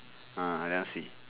uh I never see